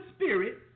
spirit